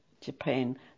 Japan